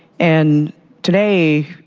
and today